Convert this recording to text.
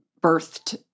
birthed